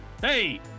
Hey